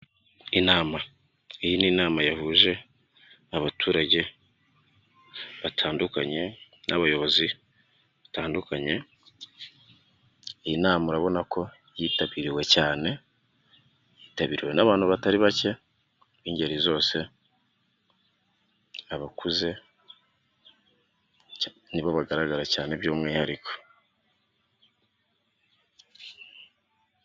Inama. Iyi ni nama yahuje abaturage batandukanye n'abayobozi batandukanye. Iyi nama urabona ko yitabiriwe cyane, yitabiriwe n'abantu batari bake b'ingeri zose, abakuze nibo bagaragara cyane by'umwihariko.